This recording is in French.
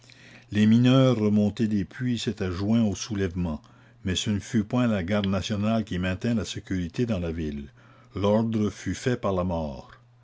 les mineurs remontés des puits s'étaient joints au soulèvement mais ce ne fut point la garde nationale qui maintint la sécurité dans la ville l'ordre fut fait par la mort